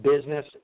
Business